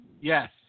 Yes